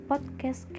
Podcast